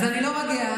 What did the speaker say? אז אני נורא גאה.